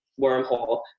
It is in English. wormhole